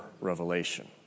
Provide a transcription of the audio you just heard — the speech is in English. revelation